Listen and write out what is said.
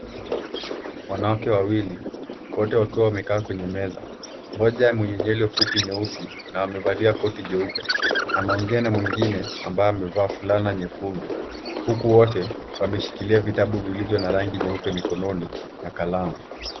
Wanawake wawili, wote wakiwa wamekaa kwenye meza. Mmoja mwenye nywele fupi nyeusi na amevalia koti jeupe anaongea na mwingine ambaye amevaa fulana nyekundu, huku wote wameshikilia vitabu vilivyo na rangi nyeupe mikononi na kalamu.